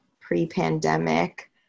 pre-pandemic